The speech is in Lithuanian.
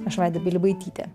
aš vaida pilibaitytė